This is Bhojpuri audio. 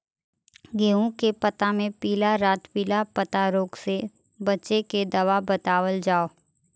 गेहूँ के पता मे पिला रातपिला पतारोग से बचें के दवा बतावल जाव?